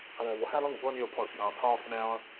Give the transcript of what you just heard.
how long is one of your podcasts? half an hour?